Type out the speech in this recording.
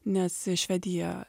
nes švedija